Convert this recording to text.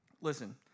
Listen